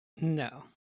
No